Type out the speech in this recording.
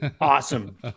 awesome